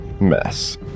mess